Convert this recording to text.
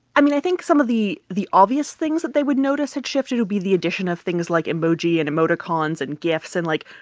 i mean, i think some of the the obvious things that they would notice had shifted would be the addition of things like emoji and emoticons and gifs and, like,